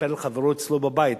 מתנפל על חברו אצלו בבית,